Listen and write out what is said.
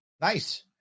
Nice